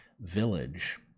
village